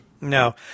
No